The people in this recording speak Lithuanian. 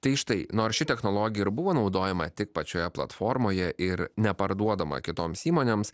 tai štai nors ši technologija ir buvo naudojama tik pačioje platformoje ir neparduodama kitoms įmonėms